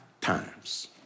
times